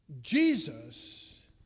Jesus